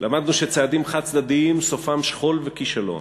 למדנו שצעדים חד-צדדיים סופם שכול וכישלון.